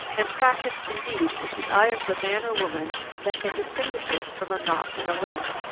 and practised, indeed, is the eye of the man or woman that can distinguish it from a knot on a limb.